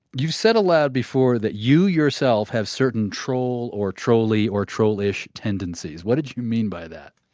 you said aloud before that you, yourself, have certain troll or troll-y or troll-ish tendencies. what did you mean by that?